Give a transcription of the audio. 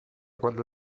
quello